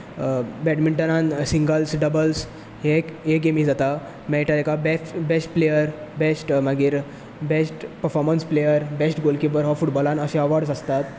बॅडमिंटनांत singles doubles हे गेमी जाता मेळटा तेका बेस्ट प्लेयर बेस्ट मागीर best performance player best goalkeeper हो फुटबॉलांत अशे अवॉर्ड्स आसतात